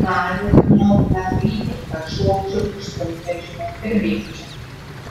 nadia su motina klykė kad šokčiau iš sunkvežimio ir bėgčiau